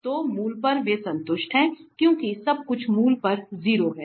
तो मूल पर वे संतुष्ट हैं क्योंकि सब कुछ मूल पर 0 है